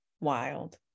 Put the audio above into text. wild